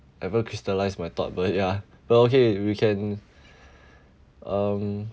haven't crystallised my thought about it yeah well okay we can um